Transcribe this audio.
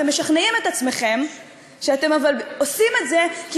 אתם משכנעים את עצמכם שאתם עושים את זה כי